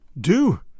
Do